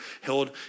held